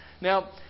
Now